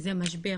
וזה משבר.